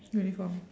uniform